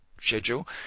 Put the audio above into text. schedule